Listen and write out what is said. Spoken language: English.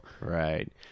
right